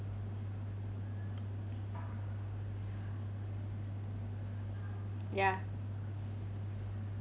ya